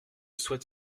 souhaite